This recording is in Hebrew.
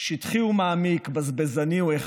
שטחי הוא מעמיק, בזבזני הוא הכרחי.